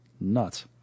Nuts